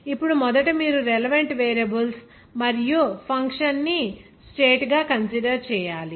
ఇప్పుడు మొదట మీరు రిలెవంట్ వేరియబుల్స్ మరియు ఫంక్షన్ ని స్టేట్ గా కన్సిడర్ చేయాలి